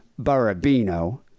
Barabino